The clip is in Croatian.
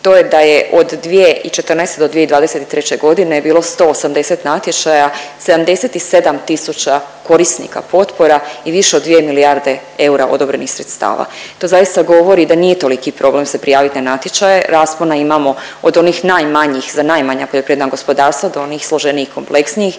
to je da je od 2014. do 2023. godine bilo 180 natječaja, 77 tisuća korisnika potpora i više od 2 milijarde eura odobrenih sredstava. To zaista govori da nije toliki problem se prijaviti na natječaje. Raspona imamo od onih najmanjih, za najmanja poljoprivredna gospodarstva do onih složenijih kompleksnijih.